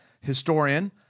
historian